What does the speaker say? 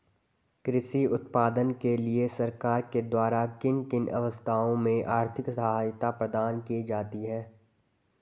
कृषि उत्पादन के लिए सरकार के द्वारा किन किन अवस्थाओं में आर्थिक सहायता प्रदान की जाती है?